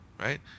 right